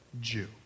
Jew